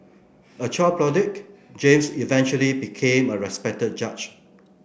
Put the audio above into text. a child James eventually became a respected judge